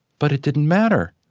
but it didn't matter.